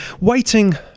waiting